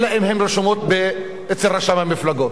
אלא אם הן רשומות אצל רשם המפלגות,